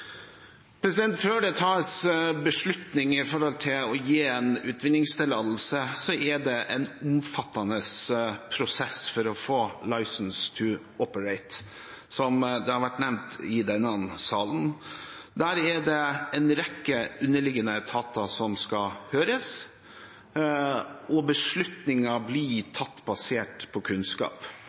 Før det tas beslutninger om å gi en utvinningstillatelse, er det en omfattende prosess for å få «license to operate», som det har vært nevnt i denne salen. Der er det en rekke underliggende etater som skal høres, og beslutninger blir tatt basert på kunnskap.